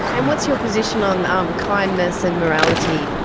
and what's your position on um kindness and morality?